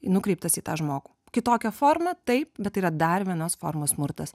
nukreiptas į tą žmogų kitokia forma taip bet tai yra dar vienos formos smurtas